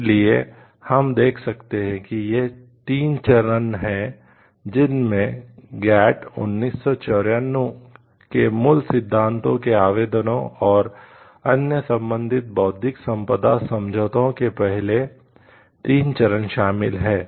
इसलिए हम देख सकते हैं कि ये 3 चरण हैं जिनमें GATT 1994 के मूल सिद्धांतों के आवेदन और अन्य संबंधित बौद्धिक संपदा समझौतों के पहले 3 चरण शामिल हैं